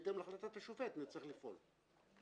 בהתאם להחלטת השופט נצטרך לפעול.